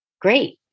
Great